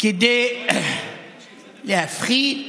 כדי להפחיד,